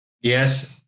Yes